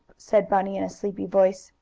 said bunny in a sleepy voice,